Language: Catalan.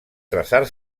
traçar